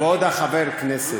כבוד חבר הכנסת,